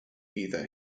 either